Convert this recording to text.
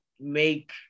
make